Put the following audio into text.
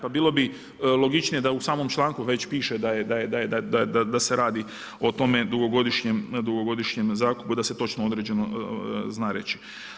Pa bilo bi logičnije, da u samom članku već piše da se radi o tome godišnjem zakupu, da se točno određeno zna reći.